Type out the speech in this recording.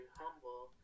humble